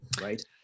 right